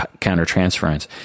countertransference